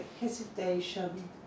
hesitation